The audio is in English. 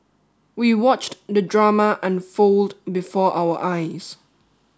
we watched the drama unfold before our eyes